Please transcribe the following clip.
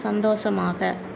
சந்தோஷமாக